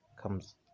comes